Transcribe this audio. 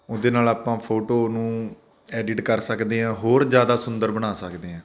ਉਹਦੇ ਨਾਲ ਆਪਾਂ ਫੋਟੋ ਨੂੰ ਐਡਿਟ ਕਰ ਸਕਦੇ ਹਾਂ ਹੋਰ ਜ਼ਿਆਦਾ ਸੁੰਦਰ ਬਣਾ ਸਕਦੇ ਹਾਂ